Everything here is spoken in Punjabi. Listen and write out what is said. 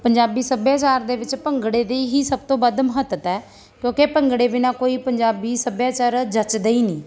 ਪੰਜਾਬੀ ਸੱਭਿਆਚਾਰ ਦੇ ਵਿੱਚ ਭੰਗੜੇ ਦੀ ਹੀ ਸਭ ਤੋਂ ਵੱਧ ਮਹੱਤਤਾ ਹੈ ਕਿਉਂਕਿ ਭੰਗੜੇ ਬਿਨਾਂ ਕੋਈ ਪੰਜਾਬੀ ਸੱਭਿਆਚਾਰ ਜੱਚਦਾ ਹੀ ਨਹੀਂ